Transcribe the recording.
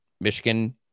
Michigan